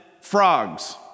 frogs